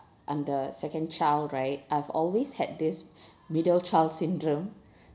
I'm the second child right I've always had this middle child syndrome